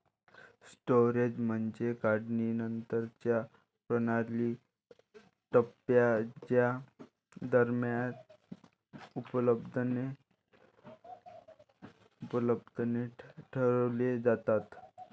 storage म्हणजे काढणीनंतरच्या प्रणालीचा टप्पा ज्या दरम्यान उत्पादने ठेवली जातात